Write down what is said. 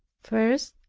first,